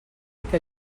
que